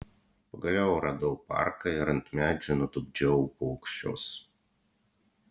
pagaliau radau parką ir ant medžio nutupdžiau paukščius